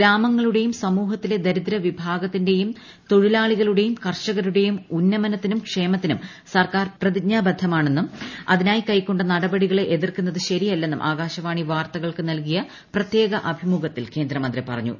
ഗ്രാമങ്ങളുടെയും സമൂഹത്തിലെ ദരിദ്ര വിഭാഗത്തിന്റെയും തൊഴിലാളികളുടെയും കർഷകരുടെയും ഉന്നമനത്തിനും ക്ഷേമത്തിനും സർക്കാർ പ്രതിജ്ഞാബദ്ധമാണെന്നും അതിനായി കൈക്കൊണ്ട നടപടികളെ എതിർക്കുന്നത് ശരിയല്ലെന്നും ആകാശവാണി വാർത്തകൾക്ക് നൽകിയ പ്രത്യേക അഭിമുഖത്തിൽ കേന്ദ്രമന്ത്രി പറഞ്ഞു